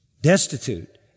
destitute